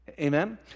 Amen